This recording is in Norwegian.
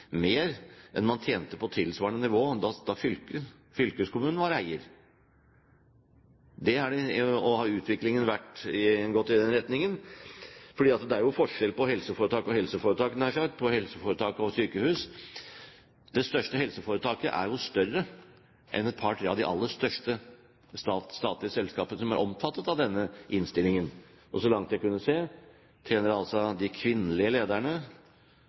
mer enn man tjente på tilsvarende nivå da fylkeskommunen var eier? Har utviklingen gått i den retningen? For det er jo forskjell på helseforetak og helseforetak, nær sagt, på helseforetak og sykehus. Det største helseforetaket er jo større enn et par–tre av de aller største statlige selskapene som er omfattet av denne innstillingen. Og så langt jeg har kunnet se, tjener altså de kvinnelige lederne